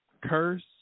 curse